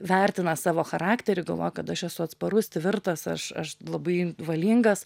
vertina savo charakterį galvoja kad aš esu atsparus tvirtas aš aš labai valingas